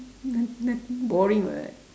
not~ nothing boring [what]